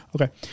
Okay